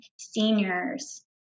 seniors